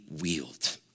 wield